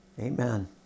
Amen